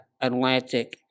Atlantic